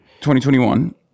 2021